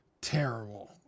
terrible